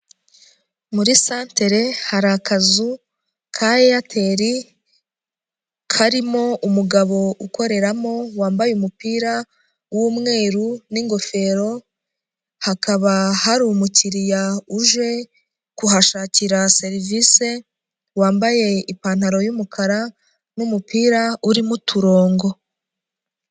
Muri santire hari akazu ka Eyateri karimo umugabo ukoreramo wambaye umupira w'umweru n'ingofero, hakaba hari umukiriya uje kuhashakira serivise wambaye ipantaro y'umukara n'umupira urimo uturongo.